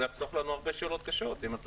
זה יחסוך לנו הרבה שאלות קשות.